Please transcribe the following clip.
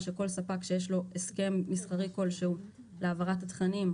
שכל ספק שיש לו הסכם מסחרי כלשהו להעברת התכנים,